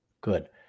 Good